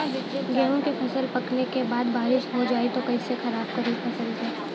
गेहूँ के फसल पकने के बाद बारिश हो जाई त कइसे खराब करी फसल के?